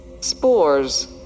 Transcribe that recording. Spores